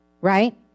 right